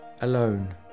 alone